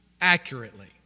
accurately